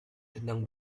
tentang